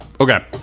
Okay